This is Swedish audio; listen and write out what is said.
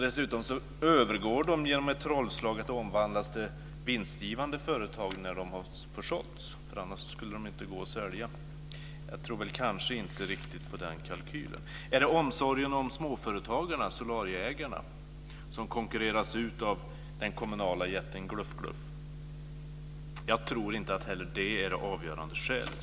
Dessutom övergår de som genom ett trollslag till att bli vinstgivande företag när de har försålts eftersom de annars inte skulle gå att sälja. Jag tror inte riktigt på den kalkylen. Är det omsorgen om småföretagarna, solarieägarna, som konkurreras ut av den kommunala jätten Glufs-Glufs? Jag tror inte heller att det är det avgörande skälet.